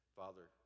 father